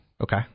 Okay